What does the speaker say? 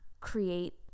create